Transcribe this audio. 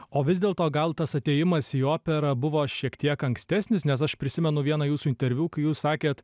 o vis dėlto gal tas atėjimas į operą buvo šiek tiek ankstesnis nes aš prisimenu vieną jūsų interviu kai jūs sakėt